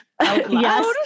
yes